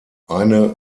eine